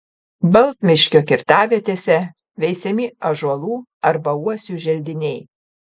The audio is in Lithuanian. baltmiškio kirtavietėse veisiami ąžuolų arba uosių želdiniai